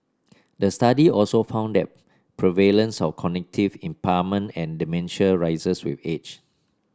the study also found that prevalence of cognitive impairment and dementia rises with age